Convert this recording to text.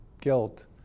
guilt